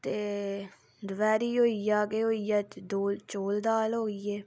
ते दपैह्री होई गेआ केह् होई गेआ चौल दाल होई गी